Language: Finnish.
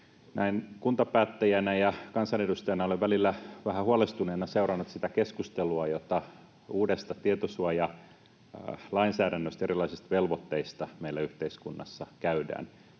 Näin kuntapäättäjänä ja kansanedustajana olen välillä vähän huolestuneena seurannut sitä keskustelua, jota uudesta tietosuojalainsäädännöstä ja erilaisista velvoitteista meillä yhteiskunnassa käydään.